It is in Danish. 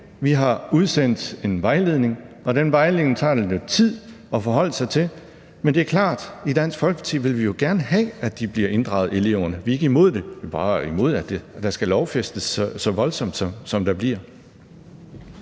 Vi har udsendt en vejledning, og den vejledning tager det lidt tid at forholde sig til. Men det er klart, at vi i Dansk Folkeparti jo gerne vil have, at eleverne bliver inddraget. Vi er ikke imod det. Vi er bare imod, at det skal lovfæstes så voldsomt, som det bliver.